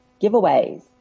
giveaways